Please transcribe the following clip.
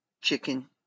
chicken